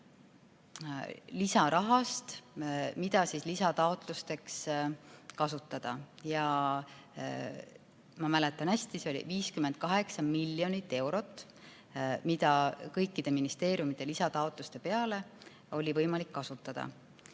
lisarahast, mida saaks lisataotlusteks kasutada. Ja ma mäletan hästi, et see oli 58 miljonit eurot, mida kõikide ministeeriumide lisataotluste rahuldamiseks oli võimalik kasutada.